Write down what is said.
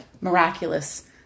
miraculous